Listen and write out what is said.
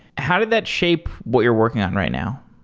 how did that shape what you're working on right now?